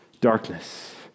darkness